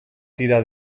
tira